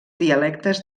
dialectes